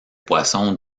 poissons